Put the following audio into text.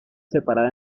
separada